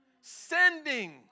sending